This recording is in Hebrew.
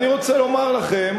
אני רוצה לומר לכם,